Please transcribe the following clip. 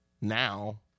now